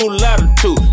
latitude